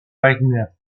wagner